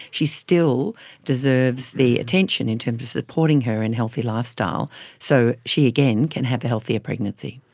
she still deserves the attention in terms of supporting her in healthy lifestyle so she, again, can have the healthier pregnancy.